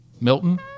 Milton